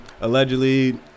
allegedly